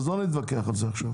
לא נתווכח על זה עכשיו.